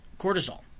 cortisol